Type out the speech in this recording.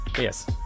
yes